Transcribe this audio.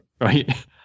right